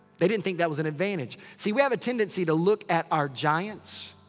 they didn't think that was an advantage. see, we have a tendency to look at our giants.